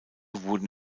wurden